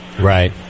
right